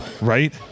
Right